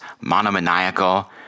monomaniacal